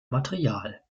material